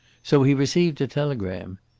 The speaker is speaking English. so he received a telegram.